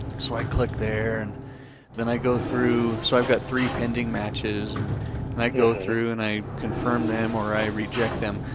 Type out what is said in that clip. so i click there, and then i go through. so i've got three pending matches. and and i go through and i confirm them or i reject them.